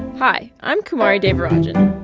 hi. i'm kumari devarajan.